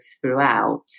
throughout